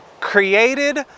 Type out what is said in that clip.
created